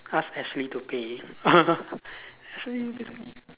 ask Ashley to pay actually this kind